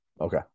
okay